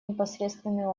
непосредственный